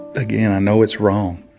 again, i know it's wrong.